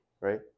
right